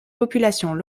populations